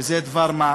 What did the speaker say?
שזה דבר-מה,